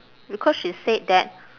because she said that